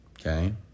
Okay